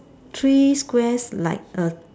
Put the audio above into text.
three squares like a